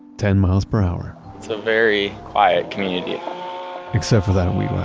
ten miles per hour it's a very quiet community except for that weed